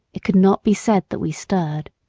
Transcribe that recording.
it could not be said that we stirred.